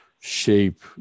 shape